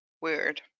Weird